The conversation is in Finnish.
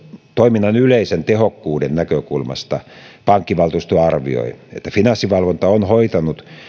toiminnan yleisen tehokkuuden näkökulmasta pankkivaltuusto arvioi että finanssivalvonta on hoitanut